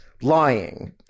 Lying